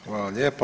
Hvala lijepa.